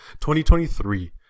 2023